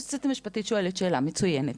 היועצת המשפטית שואלת שאלה מצוינת,